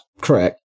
correct